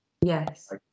yes